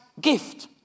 gift